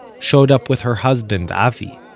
showed up with her husband, avi.